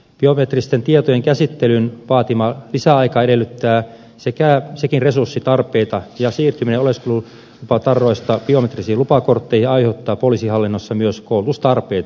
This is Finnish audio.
biometristen tietojen käsittelyn vaatima lisäaika edellyttää sekin resurssitarpeita ja siirtyminen oleskelulupatarroista biometrisiin lupakortteihin aiheuttaa poliisihallinnossa myös koulutustarpeita